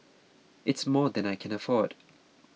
it's more than I can afford